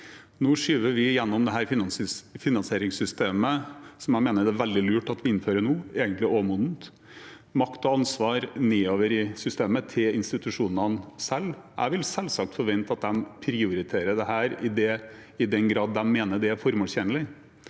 Nå skyver vi gjennom dette finansieringssystemet, som jeg mener det er veldig lurt at vi innfører nå, egentlig overmodent, og makt og ansvar nedover i systemet, til institusjonene selv. Jeg vil selvsagt forvente at de prioriterer dette i den grad de mener det er formålstjenlig.